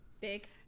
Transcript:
big